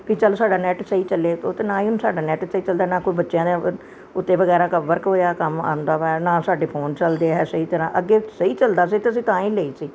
ਵੀ ਚਲੋ ਸਾਡਾ ਨੈੱਟ ਸਹੀ ਚੱਲੇ ਉਹ ਤਾਂ ਨਾ ਹੀ ਹੁਣ ਸਾਡਾ ਨੈੱਟ ਸਹੀ ਚੱਲਦਾ ਨਾ ਕੋਈ ਬੱਚਿਆਂ ਦੇ ਉੱਤੇ ਵਗੈਰਾ ਕ ਵਰਕ ਵਗੈਰਾ ਕੰਮ ਆਉਂਦਾ ਵਾ ਨਾ ਸਾਡੇ ਫੋਨ ਚੱਲਦੇ ਆ ਸਹੀ ਤਰ੍ਹਾਂ ਅੱਗੇ ਸਹੀ ਚੱਲਦਾ ਸੀ ਅਤੇ ਅਸੀਂ ਤਾਂ ਹੀ ਲਈ ਸੀ